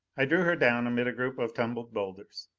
i drew her down amid a group of tumbled boulders.